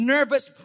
Nervous